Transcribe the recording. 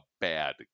bad